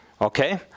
okay